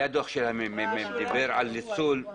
היה דוח של מרכז המחקר שדיבר על ניצול